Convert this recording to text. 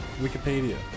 Wikipedia